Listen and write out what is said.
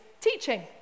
teaching